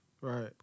Right